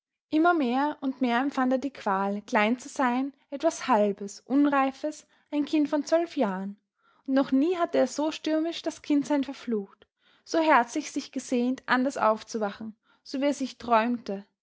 immer mehr und mehr empfand er die qual klein zu sein etwas halbes unreifes ein kind von zwölf jahren und noch nie hatte er so stürmisch das kindsein verflucht so herzlich sich gesehnt anders aufzuwachen so wie er sich träumte